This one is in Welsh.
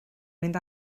mynd